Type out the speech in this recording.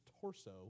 torso